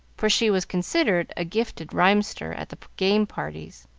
for she was considered a gifted rhymester at the game parties